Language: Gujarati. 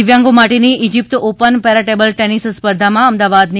દિવ્યાંગો માટેની ઈજીપ્ત ઓપન પેરાટેબલ ટેનિસ સ્પર્ધામાં અમદાવાદની